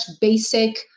basic